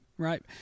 Right